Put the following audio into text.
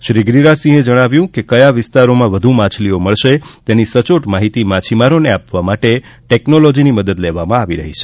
શ્રી ગિરિરાજ સિંઘે જણાવ્યું કે ક્યાં વિસ્તારોમાં વધુ માછલીઓ મળશે તેની સચોટ માહિતી માછીમારોને આપવા માટે ટકનોલોજીની મદદ લેવામાં આવી રહી છે